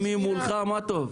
אם היא מולך, מה טוב.